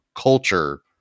culture